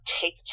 take